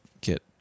get